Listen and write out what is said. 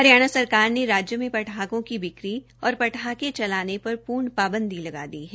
हरियाणा सरकार ने राज्य में पटाखों की बिकी और पटाखे चलाने पर पूर्ण पाबंदी लगा दी है